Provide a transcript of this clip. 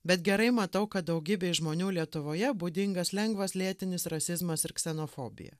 bet gerai matau kad daugybei žmonių lietuvoje būdingas lengvas lėtinis rasizmas ir ksenofobija